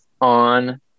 on